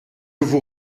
vous